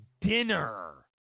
dinner